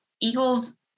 Eagles